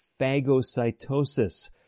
phagocytosis